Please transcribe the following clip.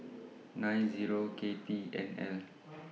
nine Zero K T N L